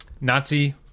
nazi